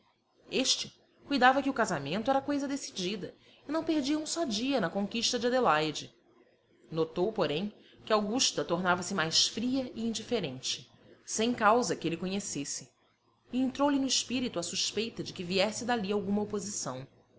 este cuidava que o casamento era coisa decidida e não perdia um só dia na conquista de adelaide notou porém que augusta tornava-se mais fria e indiferente sem causa que ele conhecesse e entrou-lhe no espírito a suspeita de que viesse dali alguma oposição